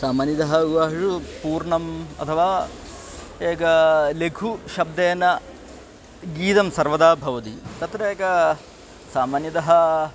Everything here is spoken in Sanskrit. सामान्यतः विवाहेषु पूर्णम् अथवा एकं लघुशब्देन गीतं सर्वदा भवति तत्र एकं सामान्यतः